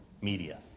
media